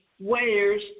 wears